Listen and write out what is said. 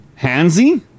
handsy